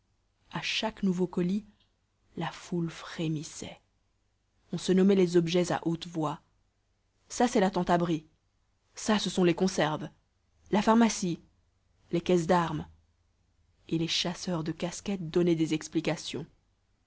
a chaque nouveau colis la foule frémissait on se nommait les objets à haute voix ça c'est la tente abri ça ce page sont les conserves la pharmacie les caisses d'armes et les chasseurs de casquettes donnaient des explications